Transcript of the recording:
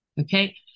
Okay